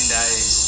days